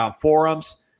forums